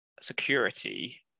security